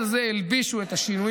על זה הלבישו את השינויים